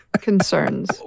concerns